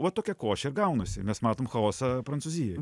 va tokia košė gaunasi mes matom chaosą prancūzijoj